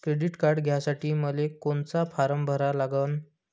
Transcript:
Credit card घ्यासाठी मले कोनचा फारम भरा लागन?